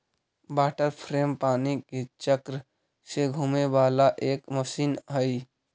water frame पानी के चक्र से घूमे वाला एक मशीन हई